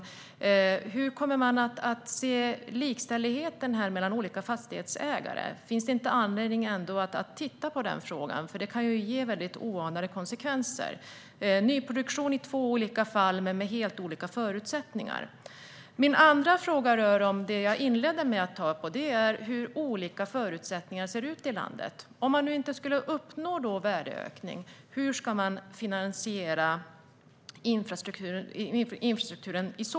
För det första, hur kommer man att se likställigheten mellan olika fastighetsägare? Finns det inte anledning att titta på den frågan? Det kan ge mycket oanade konsekvenser, till exempel två olika fall av nyproduktion men med helt olika förutsättningar. Min andra fråga rör att förutsättningarna ser olika ut i landet. Om man inte uppnår en värdeökning, hur ska man i så fall finansiera infrastrukturen?